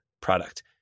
product